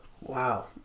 Wow